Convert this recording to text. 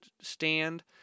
stand